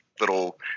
little